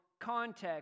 context